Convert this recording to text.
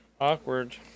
Awkward